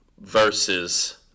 versus